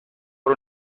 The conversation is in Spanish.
por